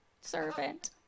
servant